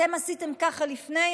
אתם עשיתם ככה לפני,